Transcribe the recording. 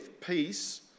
peace